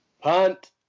Punt